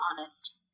honest